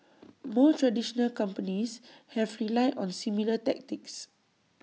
more traditional companies have relied on similar tactics